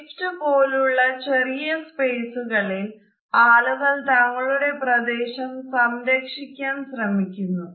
lift പോലുള്ള ചെറിയ സ്പേസുകളിൽ ആളുകൾ തങ്ങളുടെ പ്രദേശം സംരക്ഷിക്കാൻ ശ്രമിക്കുന്നു